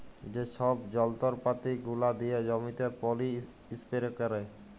যে ছব যল্তরপাতি গুলা দিয়ে জমিতে পলী ইস্পেরে ক্যারে